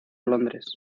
londres